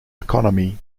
economy